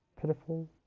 pitiful